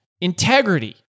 Integrity